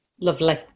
Lovely